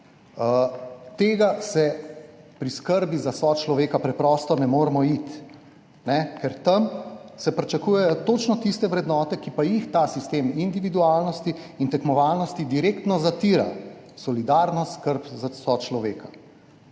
Tega se pri skrbi za sočloveka preprosto ne moremo iti, ker se tam pričakujejo točno tiste vrednote, ki pa jih ta sistem individualnosti in tekmovalnosti direktno zatira, solidarno skrb za sočloveka,